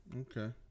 Okay